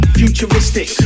futuristic